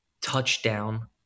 touchdown